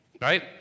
Right